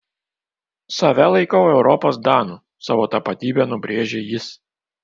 save laikau europos danu savo tapatybę nubrėžė jis